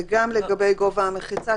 וגם לגבי גובה המחיצה,